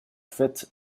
faites